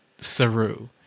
Saru